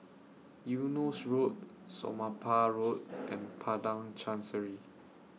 Eunos Road Somapah Road and Padang Chancery